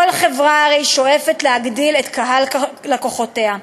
כל חברה הרי שואפת להגדיל את קהל לקוחותיה.